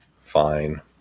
fine